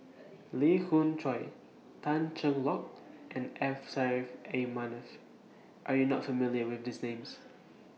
Lee Khoon Choy Tan Cheng Lock and M Saffri A Manaf Are YOU not familiar with These Names